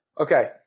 Okay